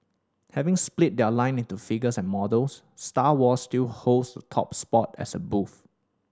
having split their line into figures and models Star Wars still holds top spot as a booth